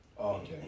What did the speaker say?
Okay